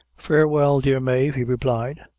farewell, dear mave, he replied,